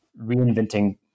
reinventing